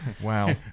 Wow